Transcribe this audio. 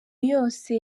yose